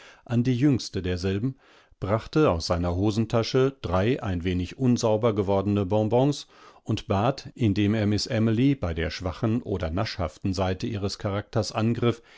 an die jüngste derselben brachte aus seiner hosentasche drei ein wenig unsauber gewordene bonbons und bat indem er miß amely bei der schwachen oder naschhaften seite ihres charakters angriff